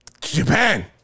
Japan